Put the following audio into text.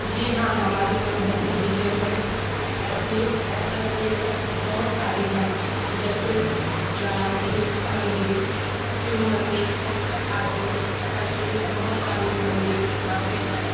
जी हाँ हमारे सोनभद्र जिले में ऐसी स्थल चिह्ने बहुत सारी हैं जैसे ज्वालामुखी मंदिर शिव मंदिर आदि ऐसे बहुत सारे मंदिर यहाँ पे हैं